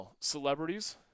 celebrities